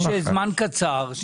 יש זמן קצר.